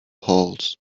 halt